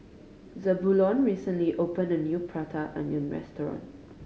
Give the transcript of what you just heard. Zebulon recently opened a new Prata Onion restaurant